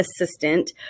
assistant